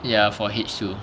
ya for H two